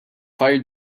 fire